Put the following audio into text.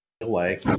away